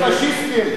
50 פאשיסטים,